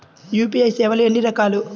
UPI సేవలు ఎన్నిరకాలు?